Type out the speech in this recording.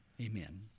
Amen